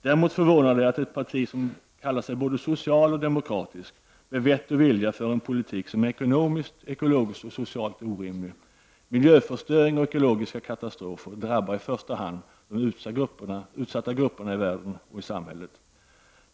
Däremot förvånar det att ett parti som kallar sig både socialt och demokratiskt med vett och vilja för en politik som är ekonomiskt, ekologiskt och socialt orimlig. Miljöförstöring och ekologiska katastrofer drabbar i första hand de utsatta grupperna i samhället.